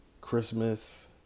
Christmas